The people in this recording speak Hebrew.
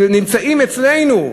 נמצאים אצלנו,